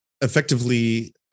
effectively